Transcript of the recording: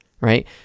right